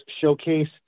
showcase